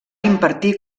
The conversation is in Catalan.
impartir